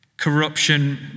corruption